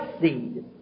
seed